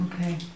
Okay